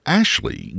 Ashley